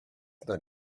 not